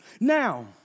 Now